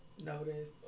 notice